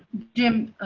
jim